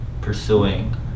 pursuing